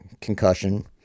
concussion